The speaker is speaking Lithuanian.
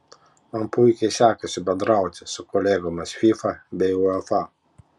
man puikiai sekasi bendrauti su kolegomis fifa bei uefa